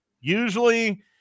Usually